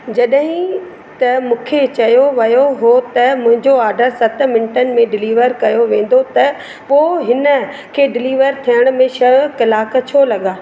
जॾहिं त मूंखे चयो वियो हो त मुंहिंजो ऑर्डर सत मिंटनि में डिलीवर कयो वेंदो त पोइ हिनखे डिलीवर थियण में छह कलाक छो लॻा